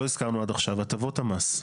לא הזכרנו עד עכשיו, הטבות המס.